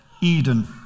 Eden